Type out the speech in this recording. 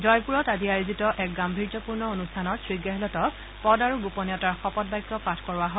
জয়পুৰত আজি আয়োজিত এক গাম্ভীৰ্যপূৰ্ণ অনুষ্ঠানত শ্ৰী গেহলটক পদ আৰু গোপনীয়তাৰ শপত বাক্য পাঠ কৰোৱা হয়